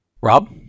Rob